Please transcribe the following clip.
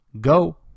Go